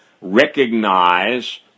recognize